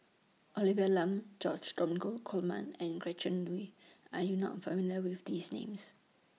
Olivia Lum George Dromgold Coleman and Gretchen Liu Are YOU not familiar with These Names